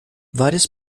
várias